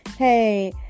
Hey